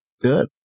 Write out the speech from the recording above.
Good